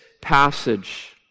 passage